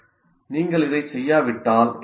நீங்கள் இதைச் செய்யாவிட்டால் என்ன நடக்கும்